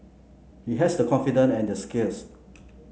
he has the confidence and the skills